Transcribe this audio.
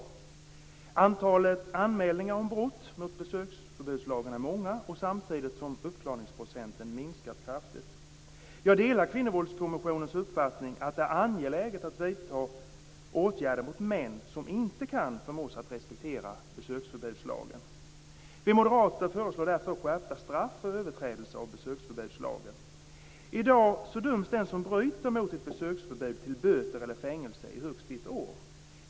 Antalet anmälningar om brott mot besöksförbudslagen är många samtidigt som uppklarningsprocenten minskat kraftigt. Jag delar Kvinnovåldskommissionens uppfattning att det är angeläget att vidta åtgärder mot män som inte kan förmås att respektera besöksförbudslagen. Vi moderater föreslår därför skärpta straff för överträdelser av besöksförbudslagen. I dag döms den som bryter mot ett besöksförbud till böter eller fängelse i högst ett år.